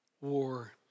war